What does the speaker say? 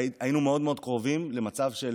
היינו מאוד קרובים למצב של